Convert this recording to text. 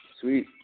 Sweet